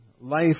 Life